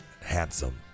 Handsome